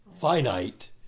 finite